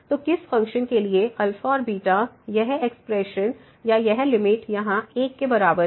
तो किस फ़ंक्शन के लिए और यह एक्सप्रेशन या यह लिमिट यहाँ 1 के बराबर है